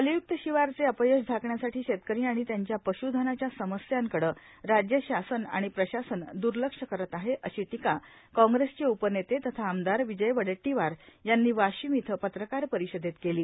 जलयुक्त शिवारचे अपयश झाकण्यासाठी शेतकरी आणि त्याच्या पशुधनाच्या समस्यांकड राज्यशासन आणि प्रशासन दर्लक्ष करत आहे अशी टीका काँग्रेसचे उपनेते तथा आमदार विजय वडेट्टीवार यांनी वाशिम इथं पत्रकार परिषदेत केली